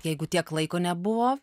jeigu tiek laiko nebuvo